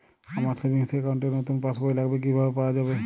আমার savings account র নতুন পাসবই লাগবে কিভাবে পাওয়া যাবে?